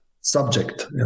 subject